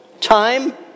time